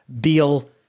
Beal